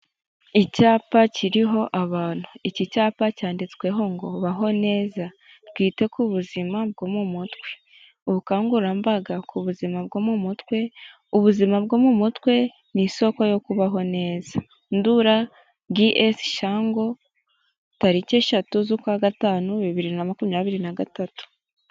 Icyapa kiriho abantu, iki cyapa cyanditsweho ngo: "Baho neza bwite ku buzima bwo mu mutwe, ubukangurambaga ku buzima bwo mu mutwe, ubuzima bwo mu mutwe ni isoko yo kubaho neza, Ndura GS Shango, 3/05/2023."